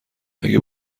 اگه